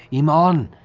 emon!